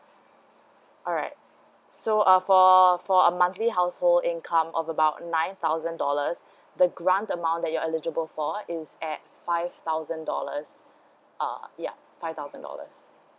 alright so uh for for a monthly household income of about nine thousand dollars the grant amount that you are eligible for it's at five thousand dollars uh ya five thousand dollars